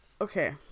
Okay